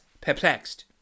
perplexed